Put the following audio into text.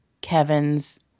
Kevin's